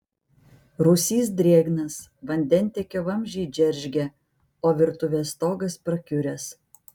rūsys drėgnas vandentiekio vamzdžiai džeržgia o virtuvės stogas prakiuręs